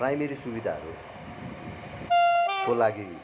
primary सुविधाहरू को लागि